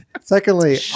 Secondly